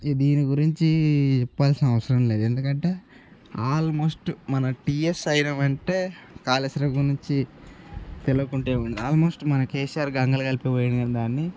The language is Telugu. ఇక దీని గురించి చెప్పాల్సిన అవసరం లేదు ఎందుకంటే ఆల్మోస్ట్ మన టీఎస్ అయిన వెంటే కాళేశ్వరం గురించి తెలవకుంటే ఏం ఉండదు ఆల్మోస్ట్ మన కేసీఆర్ గంగలో కలిపి పోయాడు కాని దాన్ని